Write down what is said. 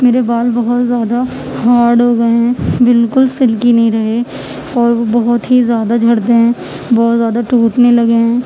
میرے بال بہت زیادہ ہارڈ ہو گئے ہیں بالکل سلکی نہیں رہے اور بہت ہی زیادہ جھڑتے ہیں بہت زیادہ ٹوٹنے لگے ہیں